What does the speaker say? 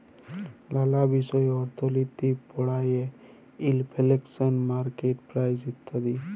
লালা বিষয় অর্থলিতি পড়ায়ে ইলফ্লেশল, মার্কেট প্রাইস ইত্যাদি